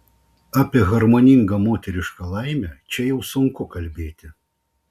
apie harmoningą moterišką laimę čia jau sunku kalbėti